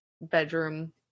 bedroom